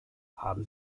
haben